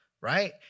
Right